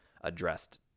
addressed